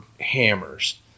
hammers